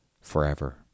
forever